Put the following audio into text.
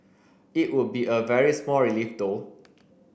it would be a very small relief though